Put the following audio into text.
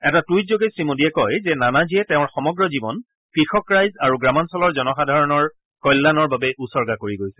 এটা টুইটযোগে শ্ৰীমোদীয়ে কয় যে নানাজীয়ে তেওঁৰ সমগ্ৰ জীৱন কৃষক ৰাইজ আৰু গ্ৰামাঞ্চলৰ জনসাধাৰণৰ কল্যাণৰ বাবে উচৰ্গা কৰি গৈছে